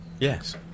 Yes